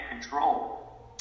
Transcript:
control